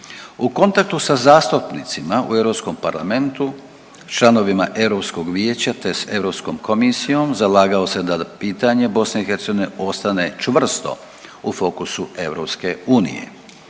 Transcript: U kontaktu sa zastupnicima u Europskim parlamentu, članovima Europskog vijeća te s Europskom komisijom zalagao se da pitanje BiH ostane čvrsto u fokusu EU. Rezultati